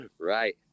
right